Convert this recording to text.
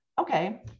okay